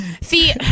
See